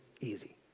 easy